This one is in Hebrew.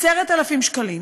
10,000 שקלים.